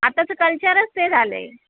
आताचं कल्चरच ते झालं आहे